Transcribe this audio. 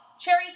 Cherry